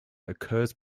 occurs